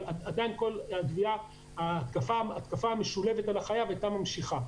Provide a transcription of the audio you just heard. אבל ההתקפה המשולבת על החייב הייתה ממשיכה.